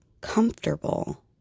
comfortable